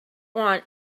want